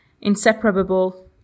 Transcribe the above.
inseparable